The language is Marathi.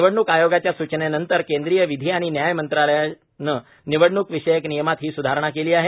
निवडणूक आयोगाच्या सूचनेनंतर केंद्रीय विधी आणि न्याय मंत्रालयानं निवडणूक विषयक नियमात ही सुधारणा केली आहे